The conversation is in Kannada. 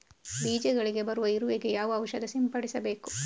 ಬೀಜಗಳಿಗೆ ಬರುವ ಇರುವೆ ಗೆ ಯಾವ ಔಷಧ ಸಿಂಪಡಿಸಬೇಕು?